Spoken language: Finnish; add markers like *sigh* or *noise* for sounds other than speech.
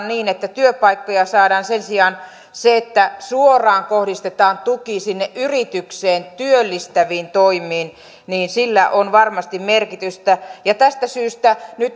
*unintelligible* niin että työpaikkoja saadaan sen sijaan sillä että suoraan kohdistetaan tuki sinne yritykseen työllistäviin toimiin on varmasti merkitystä tästä syystä nyt